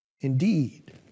Indeed